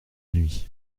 nuit